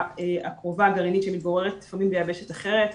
הקרובה הגרעינית שמתגוררת לפעמים ביבשת אחרת,